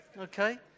okay